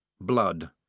Blood